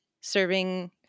serving